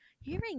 hearing